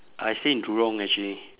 I stay in jurong actually